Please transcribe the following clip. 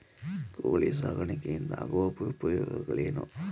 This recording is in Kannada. ಕೋಳಿ ಸಾಕಾಣಿಕೆಯಿಂದ ಆಗುವ ಉಪಯೋಗಗಳೇನು?